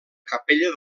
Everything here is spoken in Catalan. capella